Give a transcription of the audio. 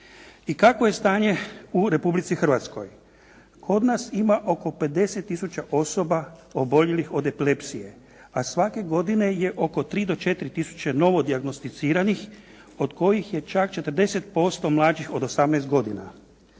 I kakvo je stanje u Republici Hrvatskoj? Kod nas ima oko 50 tisuća osoba oboljelih od epilepsije, a svake godine je oko 3 do 4 tisuće novo dijagnosticiranih od kojih je čak 40% mlađih od 18 godina.